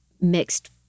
mixed